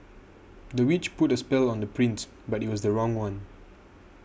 the witch put a spell on the prince but it was the wrong one